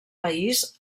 país